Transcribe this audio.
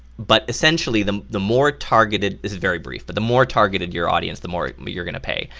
but essentially the the more targeted, this is very brief, but the more targeted your audience the more you're gonna pay,